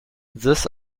this